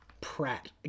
Pratt